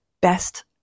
best